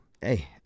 Hey